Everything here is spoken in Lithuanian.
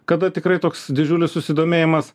kada tikrai toks didžiulis susidomėjimas